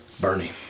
Bernie